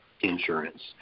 insurance